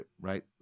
right